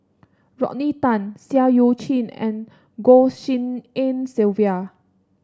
Rodney Tan Seah Eu Chin and Goh Tshin En Sylvia